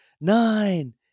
nine